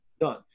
done